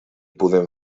podem